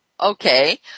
okay